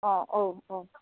अ औ अ